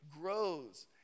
grows